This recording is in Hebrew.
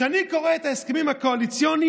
כשאני קורא את ההסכמים הקואליציוניים,